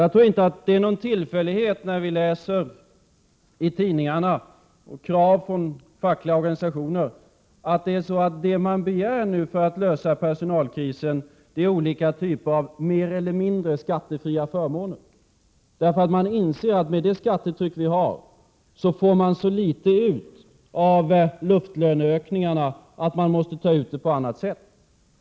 Jag tror inte att det är någon tillfällighet, när vi läser i tidningarna om krav från fackliga organisationer, att det som man begär nu för att lösa personalkrisen är olika typer av mer eller mindre skattefria förmåner, därför att man inser att med det skattetryck vi har får man så litet ut av luftlöneökningarna att man måste ta ut förbättringarna på andra sätt.